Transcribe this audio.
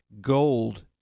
gold